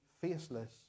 faceless